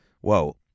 whoa